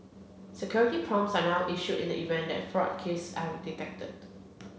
security prompts are now issued in the event that fraud risks are detected